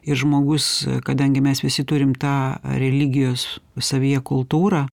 ir žmogus kadangi mes visi turim tą religijos savyje kultūrą